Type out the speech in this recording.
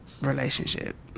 relationship